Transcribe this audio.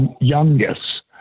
youngest